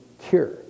cure